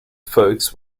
folks